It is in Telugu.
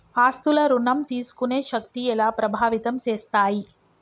ఆస్తుల ఋణం తీసుకునే శక్తి ఎలా ప్రభావితం చేస్తాయి?